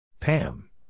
Pam